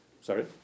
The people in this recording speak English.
Sorry